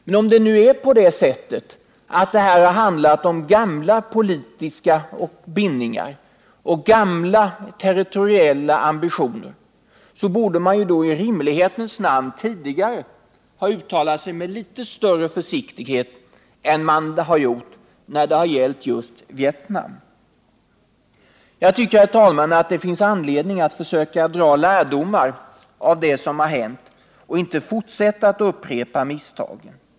Men om det nu är på det sättet att det har handlat om gamla politiska bindningar och gamla territoriella ambitioner, så borde man i rimlighetens namn tidigare ha uttalat sig med litet större försiktighet än man har gjort just om Vietnam. Jag tycker, herr talman, att det finns anledning att försöka dra lärdomar av det som har hänt och inte fortsätta att upprepa misstagen.